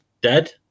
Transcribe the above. dead